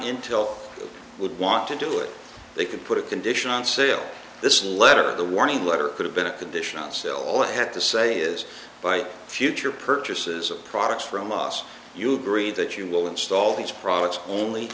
intel would want to do it they could put a condition on sale this letter the warning letter could have been a condition on sale i have to say is by future purchases of products from us you agree that you will install these products only